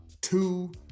two